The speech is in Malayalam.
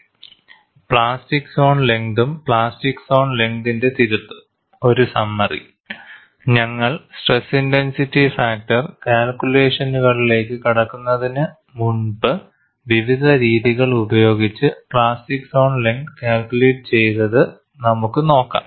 സ്ലൈഡ് സമയം കാണുക 3006 പ്ലാസ്റ്റിക് സോൺ ലെങ്തും പ്ലാസ്റ്റിക് സോൺ ലെങ്തിന്റെ തിരുത്തും ഒരു സമ്മറി ഞങ്ങൾ സ്ട്രെസ് ഇന്റൻസിറ്റി ഫാക്ടർ കാൽകുലേഷനുകളിലേക്ക് കടക്കുന്നതിനു മുൻപ് വിവിധ രീതികൾ ഉപയോഗിച്ച് പ്ലാസ്റ്റിക് സോൺ ലെങ്ത് കാൽക്കുലേറ്റ് ചെയ്തത് നമുക്ക് നോക്കാം